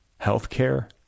healthcare